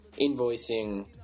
invoicing